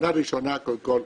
שנה ראשונה אתה